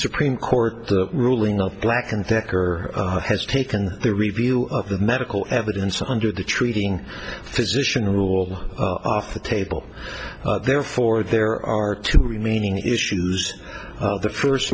supreme court ruling of black and decker has taken the review of the medical evidence under the treating physician rule off the table therefore there are two remaining issues the first